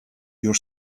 your